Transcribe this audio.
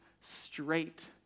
straight